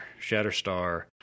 Shatterstar